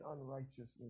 unrighteousness